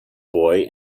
boy